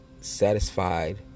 satisfied